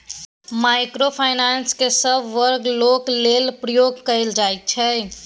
micro finance केँ सब बर्गक लोक लेल प्रयोग कएल जाइ छै